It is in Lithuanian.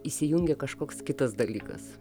įsijungia kažkoks kitas dalykas